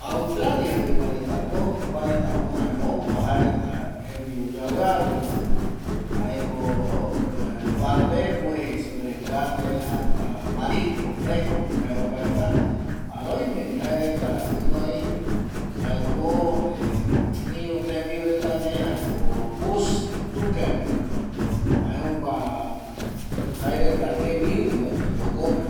Australia peguareta ko, jokureta ko opa jembiu reta oyuaviavi jaeko barbecue jei supe carne hasta marisco fresto oime jaereta jare oime vi gunoi bush tucker jaereta itembui gureko jokope va